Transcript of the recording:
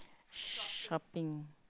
shopping